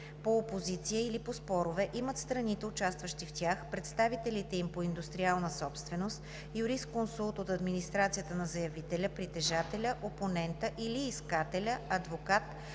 по опозиция или по спорове имат страните, участващи в тях, представителите им по индустриална собственост, юрисконсулт от администрацията на заявителя, притежателя, опонента или искателя, адвокат,